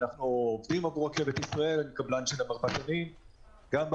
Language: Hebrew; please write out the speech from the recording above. כמובן שאני מצטרפת לקריאה הציבורית להעדיף כחול-לבן ולחזק את